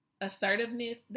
assertiveness